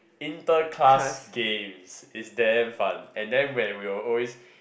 inter class games is damn fun and then where we will always